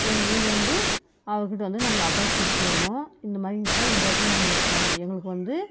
எங்கள் ஊர் வந்து அவர் கிட்டே வந்து நாங்கள் அட்ரஸ் கொடுத்துட்டு வருவோம் இந்த மாதிரிங்க சார் இந்த இடத்துல நாங்கள் இருக்கோம் எங்களுக்கு வந்து